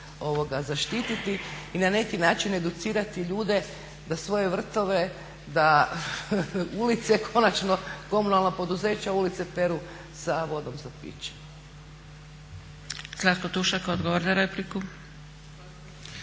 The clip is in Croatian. zaštititi i na neki način educirati ljude da svoje vrtove, da ulice konačno komunalna poduzeća ulice peru sa vodom za piće.